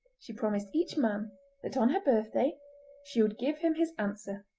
she promised each man that on her birthday she would give him his answer,